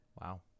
wow